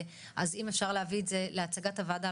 אז אם אפשר להביא את זה להצגת הועדה,